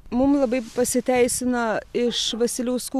mum labai pasiteisina iš vasiliauskų